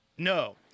no